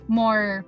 more